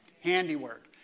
Handiwork